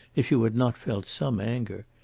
if you had not felt some anger.